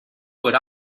what